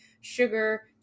sugar